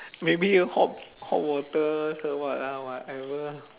maybe use hot hot water uh what ah whatever ah